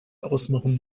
ausmachen